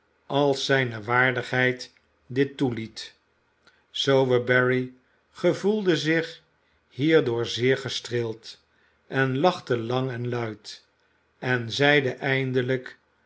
als zijne waardigheid dit toeliet sowerberry gevoelde zich hierdoor zeer gestreeld en lachte lang en luid en zeide eindelijk